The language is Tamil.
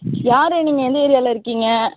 யார் நீங்கள் எந்த ஏரியாவில இருக்கீங்க